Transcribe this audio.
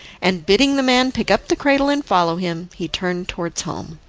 and, bidding the man pick up the cradle and follow him, he turned towards home.